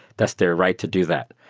that's their right to do that.